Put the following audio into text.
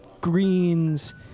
greens